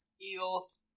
Eagles